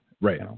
Right